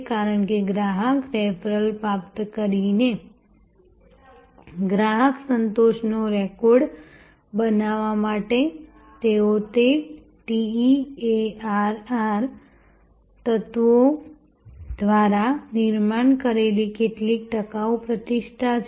કારણ કે ગ્રાહક રેફરલ પ્રાપ્ત કરીને ગ્રાહક સંતોષનો રેકોર્ડ બનાવવા માટે તેઓએ તે TEARR તત્વો દ્વારા નિર્માણ કરેલી કેટલીક ટકાઉ પ્રતિષ્ઠા છે